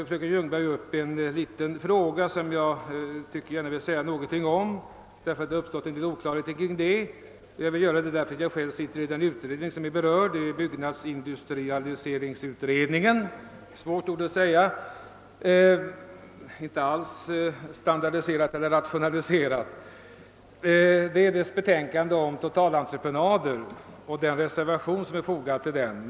Fröken Ljungberg tog upp en liten fråga som jag vill säga några ord om, eftersom det uppstått en viss oklarhet. Jag sitter nämligen själv i den berörda utredningen, nämligen byggnadsindustrialiseringsutredningen — ett svårt ord som inte alls blivit föremål för rationalisering. Det är utredningens betänkande om totalentreprenader och den reservation som lämnats som det är fråga om.